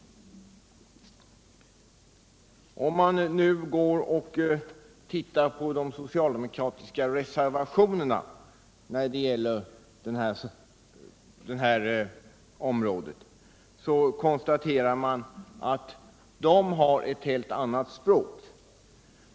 Om man ser på de socialdemokratiska reservationerna på detta område kan man konstatera att de talar ett helt annat språk.